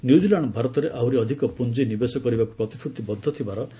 New Zealand ଭାରତରେ ଆହୁରି ଅଧିକ ପୁଞ୍ଜି ନିବେଶ କରିବାକୁ ପ୍ରତିଶ୍ରୁତିବଦ୍ଧ ଥିବାର ସେ ଜଣାଇଛନ୍ତି